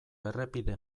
errepide